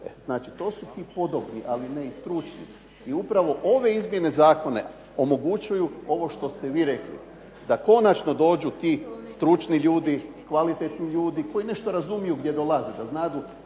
Znači, to su ti podobni, ali ne i stručni. I upravo ove izmjene zakona omogućuju ovo što ste vi rekli da konačno dođu ti stručni ljudi, kvalitetni ljudi koji nešto razumiju gdje dolaze da znadu